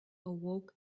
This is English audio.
awoke